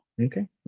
Okay